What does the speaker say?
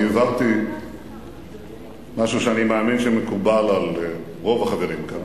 אני הבהרתי משהו שאני מאמין שמקובל על רוב החברים כאן,